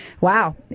Wow